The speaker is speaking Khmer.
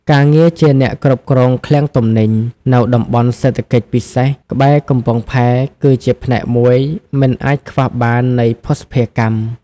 ការងារជាអ្នកគ្រប់គ្រងឃ្លាំងទំនិញ នៅតំបន់សេដ្ឋកិច្ចពិសេសក្បែរកំពង់ផែ គឺជាផ្នែកមួយមិនអាចខ្វះបាននៃភស្តុភារកម្ម។